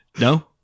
No